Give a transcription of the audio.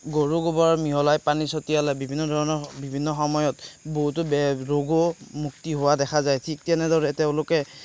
গৰু গোবৰ মিহলাই পানী ছটিয়ালে বিভিন্ন ধৰণৰ বিভিন্ন সময়ত বহুতো বে ৰোগো মুক্তি হোৱা দেখা যায় ঠিক তেনেদৰে তেওঁলোকে